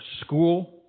school